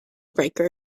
breaker